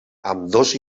ambdós